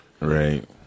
Right